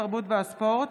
התרבות והספורט